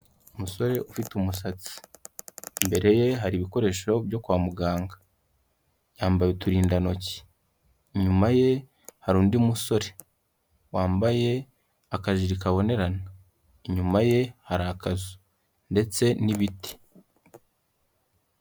Umusore ufite umusatsi, imbere ye hari ibikoresho byo kwa muganga yambaye uturindantoki, inyuma ye hari undi musore wambaye akajiri kabonerana, inyuma ye hari akazu ndetse n'ibiti.